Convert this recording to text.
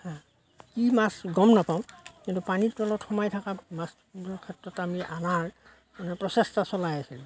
হাঁ কি মাছ গ'ম নাপাওঁ কিন্তু পানীৰ তলত সোমাই থকা মাছবোৰৰ ক্ষেত্ৰত আমি অনাৰ মানে প্ৰচেষ্টা চলাই আছিলোঁ